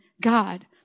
God